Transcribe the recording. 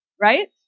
Right